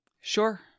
Sure